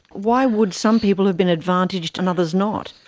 why would some people have been advantaged and others not?